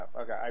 Okay